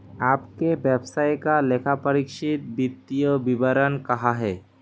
आपके व्यवसाय का लेखापरीक्षित वित्तीय विवरण कहाँ है?